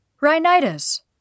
Rhinitis